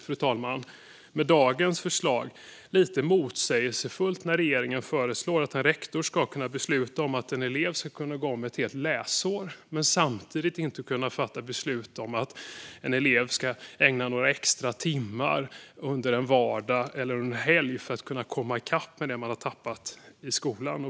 Det blir med dagens förslag lite motsägelsefullt när regeringen föreslår att en rektor ska kunna besluta om att en elev ska kunna gå om ett helt läsår men samtidigt inte kunna fatta beslut om att en elev ska ägna några extra timmar under en vardag eller en helg för att kunna komma i kapp med det som han eller hon har tappat i skolan.